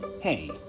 Hey